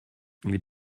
les